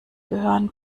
gehören